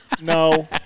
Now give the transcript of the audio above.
No